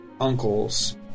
uncles